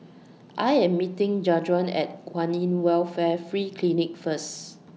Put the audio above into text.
I Am meeting Jajuan At Kwan in Welfare Free Clinic First